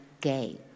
gay